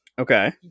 Okay